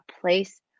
place